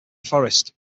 forest